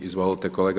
Izvolite, kolega.